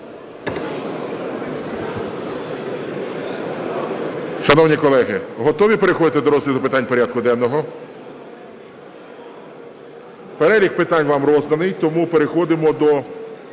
Шановні колеги, готові переходити до розгляду питань порядку денного? Перелік питань вам розданий. Тому переходимо до